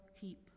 keep